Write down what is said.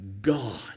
God